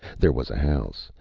there was a house,